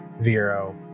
Vero